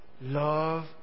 love